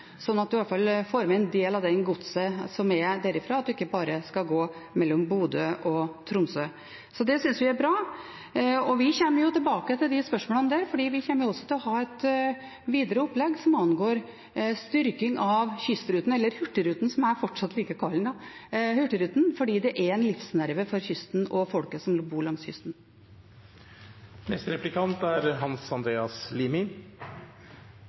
at man får med en del av godset derfra, og at den ikke bare skal gå mellom Bodø og Tromsø. Det synes vi er bra. Vi kommer tilbake til de spørsmålene, for vi kommer også til å ha et videre opplegg som angår styrking av Kystruten, eller Hurtigruten, som jeg fortsatt liker å kalle det, fordi det er en livsnerve for kysten og folket som bor langs kysten. Jeg registrerte at representanten Arnstad ikke snakket så mye om luftfarten i sitt innlegg, og det er